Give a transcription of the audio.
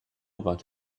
about